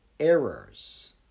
errors